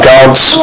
God's